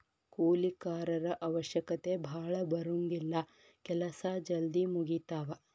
ಕೂಲಿ ಕಾರರ ಅವಶ್ಯಕತೆ ಭಾಳ ಬರುಂಗಿಲ್ಲಾ ಕೆಲಸಾ ಜಲ್ದಿ ಮುಗಿತಾವ